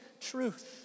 truth